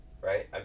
right